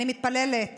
אני מתפללת